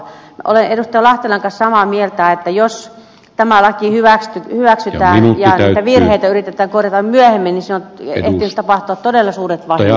lahtelan kanssa samaa mieltä että jos tämä laki hyväksytään ja niitä virheitä yritetään korjata myöhemmin niin siinä on ehtinyt jo tapahtua todella suuret vahingot